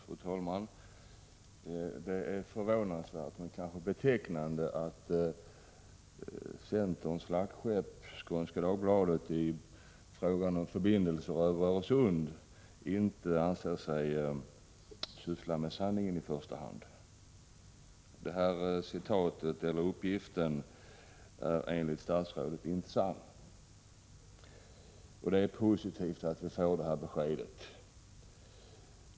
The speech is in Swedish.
Fru talman! Det är förvånansvärt men kanske betecknande att centerns flaggskepp Skånska Dagbladet i frågan om förbindelser över Öresund inte sysslar med sanningen i första hand. Den aktuella uppgiften är enligt statsrådet inte riktig. Det är positivt att få det beskedet.